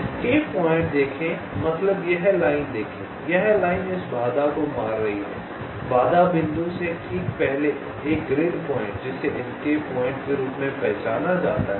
escape point देखें मतलब यह लाइन देखें यह लाइन इस बाधा को मार रही है बाधा बिंदु से ठीक पहले एक ग्रिड पॉइंट जिसे एस्केप पॉइंट के रूप में पहचाना जाता है